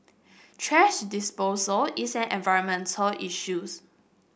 thrash disposal is an environmental issues